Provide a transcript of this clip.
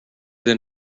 than